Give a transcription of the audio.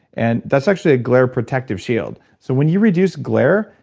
and that's actually a glare protective shield, so when you reduce glare,